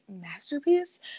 masterpiece